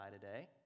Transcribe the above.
today